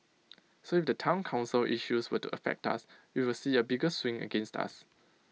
so if the Town Council issues were to affect us we will see A bigger swing against us